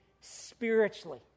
spiritually